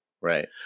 Right